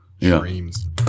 dreams